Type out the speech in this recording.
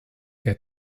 der